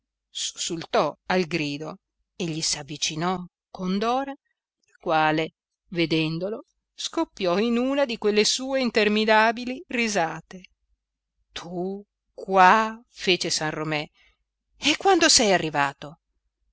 cantava sussultò al grido e gli s'avvicinò con dora la quale vedendolo scoppiò in una di quelle sue interminabili risate tu qua fece san romé e quando sei arrivato